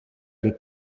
ein